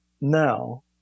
now